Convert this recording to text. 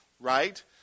Right